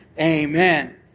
Amen